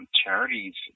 charities